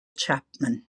chapman